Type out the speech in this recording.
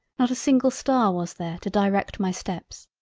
not a single star was there to direct my steps,